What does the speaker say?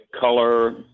color